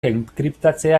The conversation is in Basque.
enkriptatzea